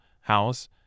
house